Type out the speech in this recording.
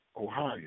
Ohio